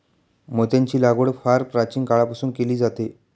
मोत्यांची लागवड फार प्राचीन काळापासून केली जाते